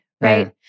Right